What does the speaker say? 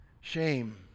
shame